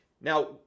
Now